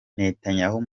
netanyahu